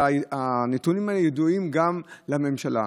והנתונים האלה ידועים גם לממשלה.